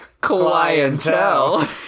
clientele